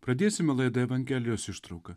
pradėsime laidą evangelijos ištrauka